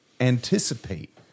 anticipate